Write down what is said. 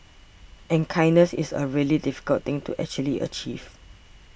and kindness is a really difficult into actually achieve